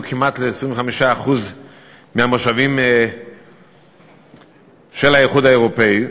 כמעט ל-25% מהמושבים באיחוד האירופי,